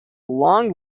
long